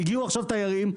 הגיעו עכשיו תיירים,